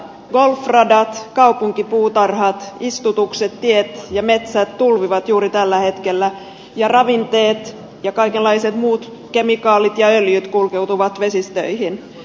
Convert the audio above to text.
golf radat kaupunkipuutarhat istutukset tiet ja metsät tulvivat juuri tällä hetkellä ja ravinteet ja kaikenlaiset muut kemikaalit ja öljyt kulkeutuvat vesistöihin